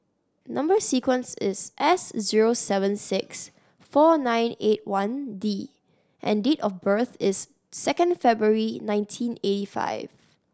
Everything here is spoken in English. number sequence is S zero seven six four nine eight one D and date of birth is second February nineteen eighty five